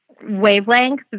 wavelength